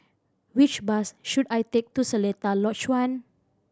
which bus should I take to Seletar Lodge One